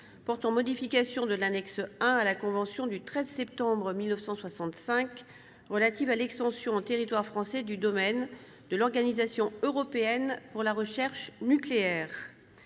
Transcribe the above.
portant modification de l'annexe 1 à la convention du 13 septembre 1965 relative à l'extension en territoire français du domaine de l'Organisation européenne pour la recherche nucléaire